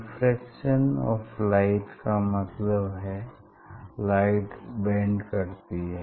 diffraction of light का मतलब है लाइट बेंड करती है